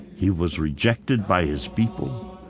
he was rejected by his people,